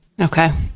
Okay